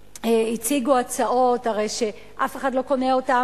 הציגו הצעות שאף אחד לא קונה אותן.